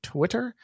Twitter